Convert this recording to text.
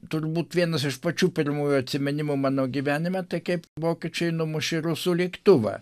turbūt vienas iš pačių pirmųjų atsiminimų mano gyvenime tai kaip vokiečiai numušė rusų lėktuvą